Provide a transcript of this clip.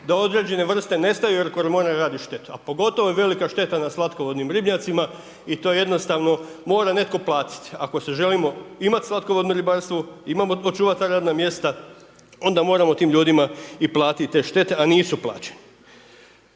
da određene vrste nestaju jer koromorone rade štetu, a pogotovo je velika šteta na slatkovodnim ribnjacima i to jednostavno mora netko platiti. Ako želimo imat slatkovodno ribarstvo, imamo očuvat ta radna mjesta, onda moramo tim ljudima i platiti te štete, a nisu plaćene.